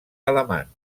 alamans